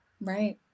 Right